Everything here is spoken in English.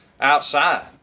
outside